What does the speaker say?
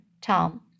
Tom